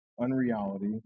unreality